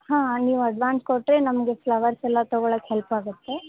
ಹಾಂ ನೀವು ಅಡ್ವಾನ್ಸ್ ಕೊಟ್ಟರೆ ನಮಗೆ ಫ್ಲವರ್ಸ್ ಎಲ್ಲ ತಗೋಳ್ಳೋಕೆ ಹೆಲ್ಪ್ ಆಗುತ್ತೆ